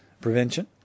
prevention